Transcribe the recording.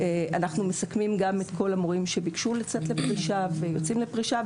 אנחנו גם מסכמים את כל המורים שביקשו לצאת לפרישה ויוצאים לפרישה.